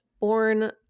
born